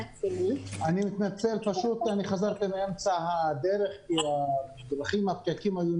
תו-סגול, אנחנו מדברים על 5,000 חתונות כל שנה והן